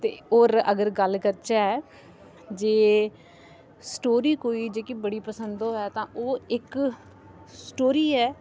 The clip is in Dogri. ते होर अगर गल्ल करचै जे स्टोरी कोई जेह्की बड़ी पसन्द होऐ तां ओह् इक स्टोरी ऐ